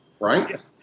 Right